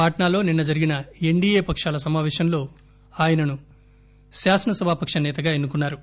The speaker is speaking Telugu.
పాట్సాలో నిన్న జరిగిన ఎన్డిఏ పక్షాల సమాపేశంలో ఆయనను శాసనసభా పక్ష సేతగా ఎన్సు కున్నారు